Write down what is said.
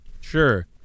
Sure